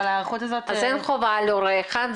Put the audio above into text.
אז אין חובה להורה אחד.